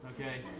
okay